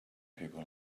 people